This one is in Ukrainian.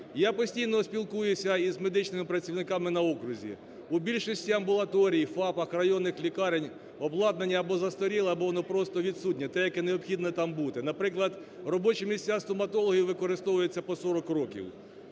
Я постійно спілкуюся з медичними працівниками на окрузі, у більшості амбулаторій, ФАПах районних лікарень обладнання або застаріле, або воно просто відсутнє те, яке необхідне там бути. Наприклад, робочі місця стоматологів використовуються по 40 років.